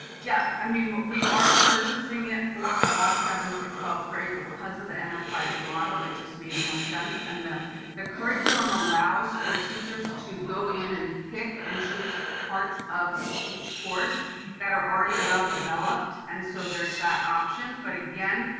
yeah. i mean, we are purchasing it for all seventh through twelfth grade because of the enterprise model. it just made more sense. and the the curriculum allows for teachers to go in and pick and choose parts of each course that are already well-developed. and so there's that option. but again,